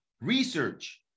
research